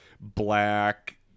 black